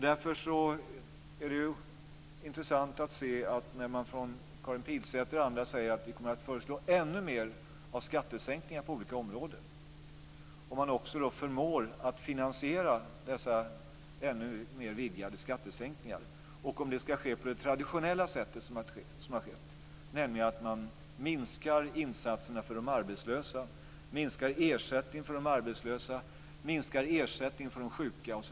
Därför skulle det vara intressant att se om Karin Pilsäter och andra, som säger att man kommer att föreslå ännu mer av skattesänkningar på olika områden, också förmår att finansiera dessa ännu mer vidgade skattesänkningar och om det ska ske på det traditionella sättet, nämligen att man minskar insatserna för de arbetslösa, minskar ersättningen för de arbetslösa och minskar ersättningen för de sjuka.